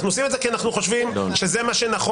אנחנו עושים את זה כי אנחנו חושבים שזה מה שנכון,